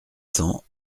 cents